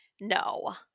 No